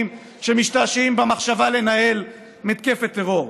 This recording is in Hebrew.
שמשתעשעים במחשבה לנהל מתקפת טרור.